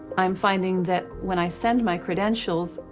i'm finding that when i send my credentials,